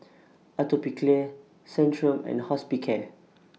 Atopiclair Centrum and Hospicare